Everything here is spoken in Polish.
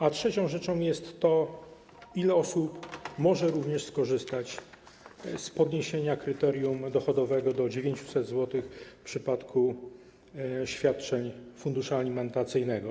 A trzecią rzeczą jest to, ile osób może również skorzystać z podniesienia kryterium dochodowego do 900 zł w przypadku świadczeń funduszu alimentacyjnego.